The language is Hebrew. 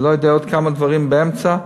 לא יודע עוד כמה דברים באמצע.